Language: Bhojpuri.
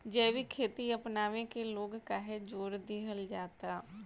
जैविक खेती अपनावे के लोग काहे जोड़ दिहल जाता?